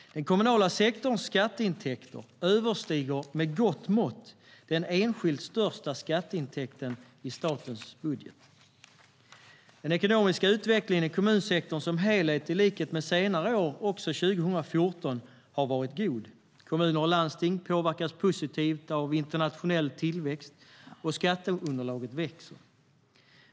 Den kommunala sektorns skatteintäkter överstiger med gott mått den enskilt största skatteintäkten i statens budget. Den ekonomiska utvecklingen i kommunsektorn har som helhet varit god också 2014, i likhet med på senare år. Kommuner och landsting påverkas positivt av internationell tillväxt, och skatteunderlaget växer.